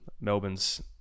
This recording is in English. melbourne's